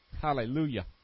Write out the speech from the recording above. Hallelujah